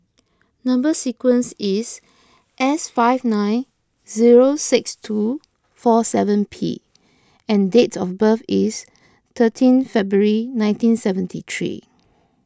Number Sequence is S five nine zero six two four seven P and date of birth is thirteen February nineteen seventy three